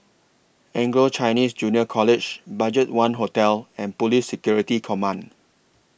Anglo Chinese Junior College BudgetOne Hotel and Police Security Command